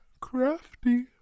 crafty